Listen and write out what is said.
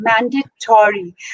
mandatory